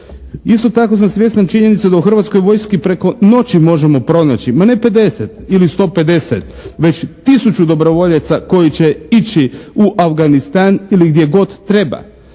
Isto tako sam svjestan činjenice da u Hrvatskoj vojski preko noći možemo pronaći ma ne 50 ili 150 već tisuću dobrovoljaca koji će ići u Afganistan ili gdje god treba.